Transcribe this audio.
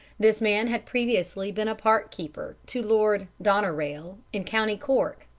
this man had previously been a park-keeper to lord doneraile in co. cork.